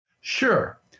Sure